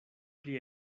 pli